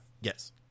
Yes